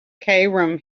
cairum